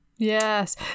Yes